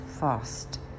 fast